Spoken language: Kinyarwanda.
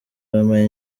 bampaye